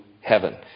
heaven